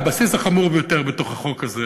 הבסיס החמור ביותר בחוק הזה